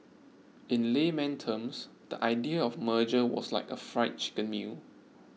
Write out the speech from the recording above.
in layman terms the idea of merger was like a Fried Chicken meal